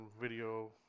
video